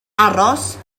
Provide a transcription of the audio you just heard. aros